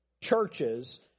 churches